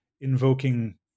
invoking